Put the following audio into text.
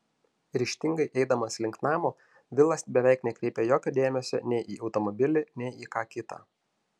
ryžtingai eidamas link namo vilas beveik nekreipia jokio dėmesio nei į automobilį nei į ką kita